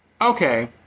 okay